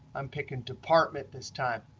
i'm picking department this time.